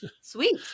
sweet